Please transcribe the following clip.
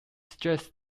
suggest